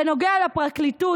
בנוגע לפרקליטות,